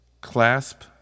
CLASP